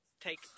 take